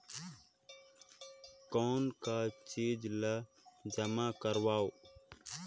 कौन का चीज ला जमा करवाओ?